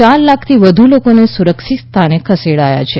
ચાર લાખથી વધુ લોકોને સુરક્ષિત સ્થાને ખસેડાયા છે